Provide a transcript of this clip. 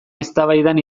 eztabaidan